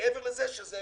מעבר לזה שזה